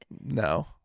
No